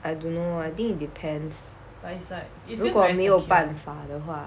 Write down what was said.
I don't know I think it depends 如果没有办法的话